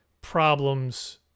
problems